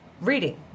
reading